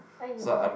!aiyo! oh